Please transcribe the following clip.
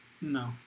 No